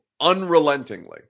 unrelentingly